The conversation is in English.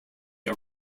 are